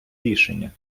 рішення